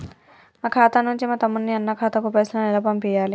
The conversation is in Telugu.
మా ఖాతా నుంచి మా తమ్ముని, అన్న ఖాతాకు పైసలను ఎలా పంపియ్యాలి?